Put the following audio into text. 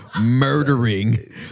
murdering